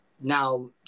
now